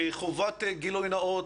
כחובת גילוי נאות,